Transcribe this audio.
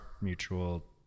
mutual